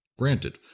Granted